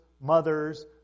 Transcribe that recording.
mothers